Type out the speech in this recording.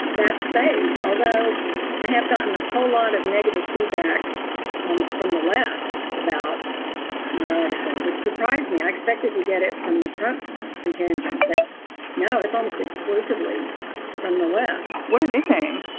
that space, although i have gotten a whole lot of negative feedback um from the left about my article, which surprised me. i expected to get it from the trump contingent, but now it's almost exclusively from the left what are they saying?